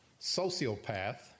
sociopath